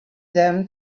them